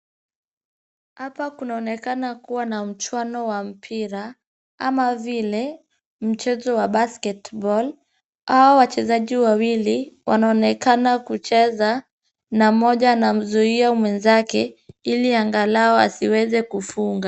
Hapa kunaonekana kuwa na mchuano wa mpira, ama vile mchezo wa basket ball . Hao wachezaji wawili wanaonekana kucheza na mmoja anamzuia mwenzake ili angalau asiweze kufunga.